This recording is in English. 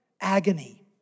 agony